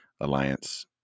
alliance